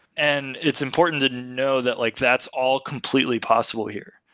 and it's important to know that like that's all completely possible here.